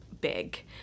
big